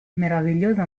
meraviglioso